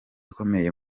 ikomeye